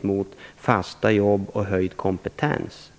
mot fasta jobb och ökad kompetens.